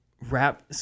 wrap